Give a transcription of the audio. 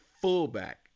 fullback